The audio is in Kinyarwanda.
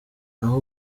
naho